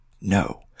no